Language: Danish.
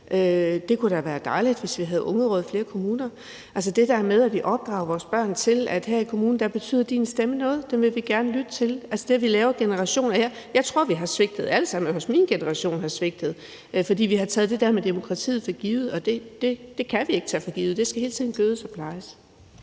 Det kunne da være dejligt, hvis vi havde ungeråd i flere kommuner – det der med, at vi opdrager vores børn til, at her i kommunen betyder din stemme noget, og at den vil vi gerne lytte til. Jeg tror, at vi alle sammen har svigtet. Jeg tror, at min generation har svigtet, fordi vi har taget det der med demokratiet for givet. Det kan vi ikke tage for givet; det skal hele tiden gødes og plejes.